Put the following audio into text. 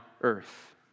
earth